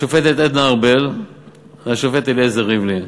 השופטת עדנה ארבל והשופט אליעזר ריבלין.